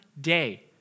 day